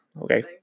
okay